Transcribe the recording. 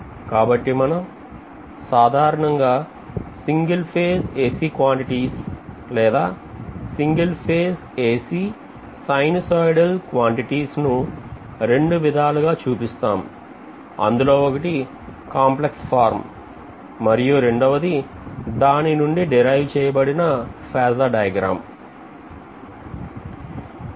కాబట్టి మనం సాధారణంగా సింగిల్ ఫేస్ AC quantities లేదా single phase AC sinusoidal quantities ను రెండు విధాలుగా చూపిస్తాం అందులో ఒకటి కాంప్లెక్స్ ఫార్మ్ మరియు రెండవది దాని నుండి తయారైన ఫేజార్ డయాగ్రమ్